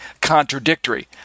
contradictory